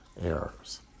errors